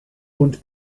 fons